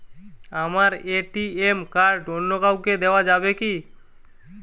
আমার ATM card অন্য কাউকে দেওয়া যাবে কি?